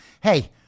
hey